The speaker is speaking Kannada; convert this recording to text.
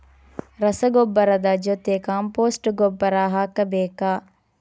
ರಸಗೊಬ್ಬರದ ಜೊತೆ ಕಾಂಪೋಸ್ಟ್ ಗೊಬ್ಬರ ಹಾಕಬೇಕಾ?